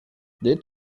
did